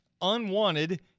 unwanted